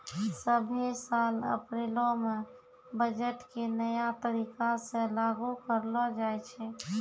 सभ्भे साल अप्रैलो मे बजट के नया तरीका से लागू करलो जाय छै